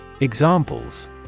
Examples